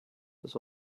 has